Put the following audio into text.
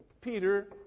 Peter